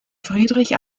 friedrich